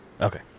Okay